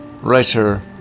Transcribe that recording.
writer